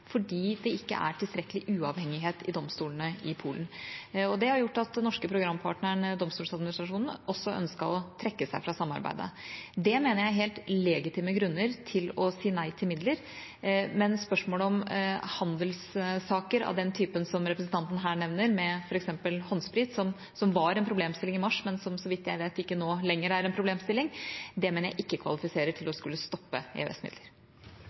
fordi det ikke er tilstrekkelig uavhengighet i domstolene i Polen. Det har gjort at den norske programpartneren, Domstoladministrasjonen, ønsket å trekke seg fra samarbeidet. Det mener jeg er helt legitime grunner til å si nei til midler. Men spørsmål om handelssaker av den typen som representanten her nevner, med f.eks. håndsprit, som var en problemstilling i mars, men som, så vidt jeg vet, ikke nå lenger er en problemstilling, mener jeg ikke kvalifiserer til å skulle stoppe